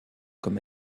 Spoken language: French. comme